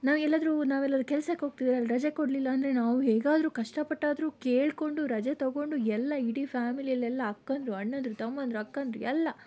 ನಾವೆಲ್ಲಾದರೂ ನಾವೆಲ್ಲಾದರೂ ಕೆಲಸಕ್ಕೆ ಹೋಗ್ತಿದ್ರೆ ಅಲ್ಲಿ ರಜೆ ಕೊಡಲಿಲ್ಲ ಅಂದರೆ ನಾವು ಹೇಗಾದರೂ ಕಷ್ಟಪಟ್ಟಾದರೂ ಕೇಳಿಕೊಂಡು ರಜೆ ತಗೊಂಡು ಎಲ್ಲಇಡೀ ಫ್ಯಾಮಿಲಿಯಲ್ಲೆಲ್ಲ ಅಕ್ಕಂದಿರು ಅಣ್ಣಂದಿರು ತಮ್ಮಂದಿರು ಅಕ್ಕಂದಿರು ಎಲ್ಲ